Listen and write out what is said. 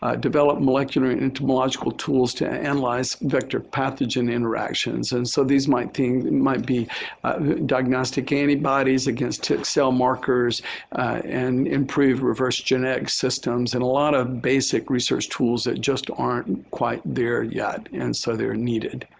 ah develop molecular entomological tools to analyze vector pathogen interactions. and so these might think might be diagnostic antibodies against tick cell markers and improve reverse genetic systems and a lot of basic research tools that just aren't quite there yet, and so they are needed.